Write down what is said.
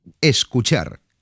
Escuchar